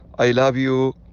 i love you.